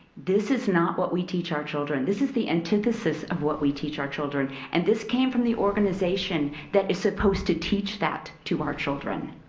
this is not what we teach our children. this is the antithesis of what we teach our children and this came from the organization that is supposed to teach that to our children.